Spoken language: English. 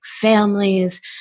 families